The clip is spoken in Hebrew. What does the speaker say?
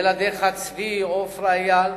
ילדיך צבי, עפרה ואייל,